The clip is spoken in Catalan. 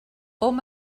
hom